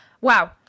wow